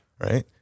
right